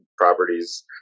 properties